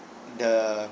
the